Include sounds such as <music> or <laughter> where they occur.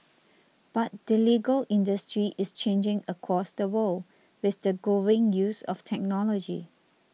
<noise> but the legal industry is changing across the world with the growing use of technology